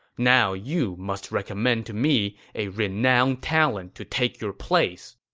now, you must recommend to me a renowned talent to take your place.